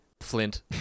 Flint